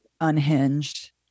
unhinged